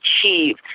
achieve